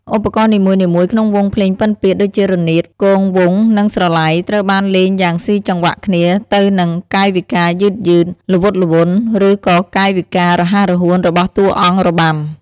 ឧបករណ៍នីមួយៗក្នុងវង់ភ្លេងពិណពាទ្យ ដូចជារនាត គងវង់ និងស្រឡៃ ត្រូវបានលេងយ៉ាងស៊ីចង្វាក់គ្នាទៅនឹងកាយវិការយឺតៗ ល្វត់ល្វន់ ឬក៏កាយវិការរហ័សរហួនរបស់តួអង្គរបាំ។